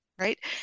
right